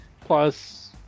plus